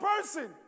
person